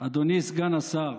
אדוני סגן השר,